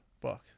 book